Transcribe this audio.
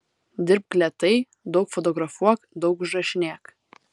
dirbk lėtai daug fotografuok daug užrašinėk